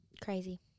Crazy